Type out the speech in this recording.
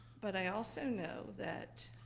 but i also know that,